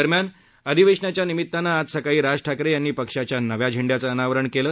दरम्यान अधिवेशनाच्या निमितानं आज सकाळी राज ठाकरे यांनी पक्षाच्या नव्या झेंड्याचं अनावरण केलं